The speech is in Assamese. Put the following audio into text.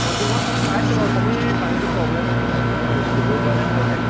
প্ৰতিঘৰ মানুহে পাইছে বাৰু খালী পানীটো প্ৰব্লেম হৈছে নহয় কোনো ইউছ ইন কইবই পৰা নাই ভালকৈ